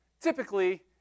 typically